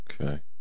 Okay